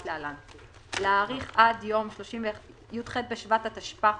להלן: (1)להאריך עד יום י"ח בשבט התשפ"א